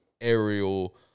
aerial